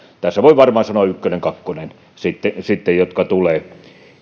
näin voi varmaan sanoa ykkönen ja kakkonen jotka sitten tulevat